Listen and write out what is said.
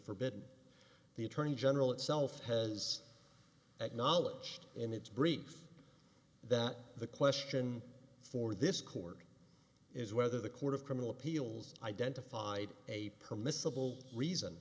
forbid the attorney general itself has acknowledged in its brief that the question for this court is whether the court of criminal appeals identified a permissible reason